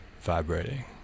vibrating